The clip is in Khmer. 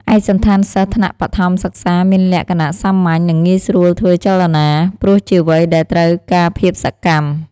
ឯកសណ្ឋានសិស្សថ្នាក់បឋមសិក្សាមានលក្ខណៈសាមញ្ញ និងងាយស្រួលធ្វើចលនា ព្រោះជាវ័យដែលត្រូវការភាពសកម្ម។